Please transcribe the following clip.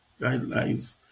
guidelines